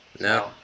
No